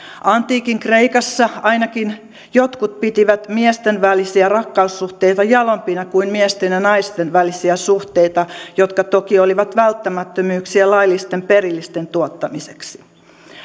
antiikin kreikassa ainakin jotkut pitivät miesten välisiä rakkaussuhteita jalompina kuin miesten ja naisten välisiä suhteita jotka toki olivat välttämättömyyksiä laillisten perillisten tuottamiseksi